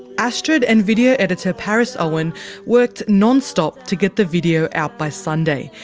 astrid and video editor paris owen worked non-stop to get the video out by sunday.